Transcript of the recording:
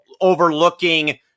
overlooking